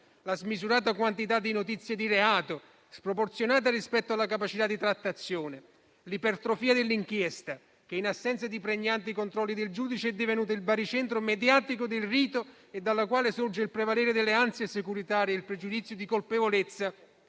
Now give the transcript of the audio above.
la smisurata quantità di notizie di reato, sproporzionata rispetto alla capacità di trattazione; l'ipertrofia dell'inchiesta, che in assenza di pregnanti controlli del giudice è divenuto il baricentro mediatico del rito e dalla quale sorge il prevalere delle ansie securitarie e il pregiudizio di colpevolezza